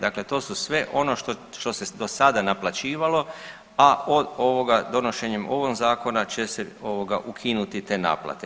Dakle, to su sve ono što se do sada naplaćivalo, a od ovoga, donošenjem ovog zakona će se ukinuti te naplate.